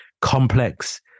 complex